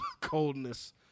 coldness